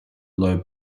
low